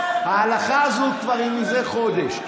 ההלכה הזאת היא כבר מלפני חודש.